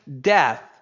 death